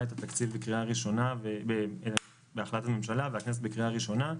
את התקציב בהחלטת ממשלה והכנסת בקריאה ראשונה.